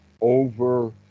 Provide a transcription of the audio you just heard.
over